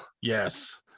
Yes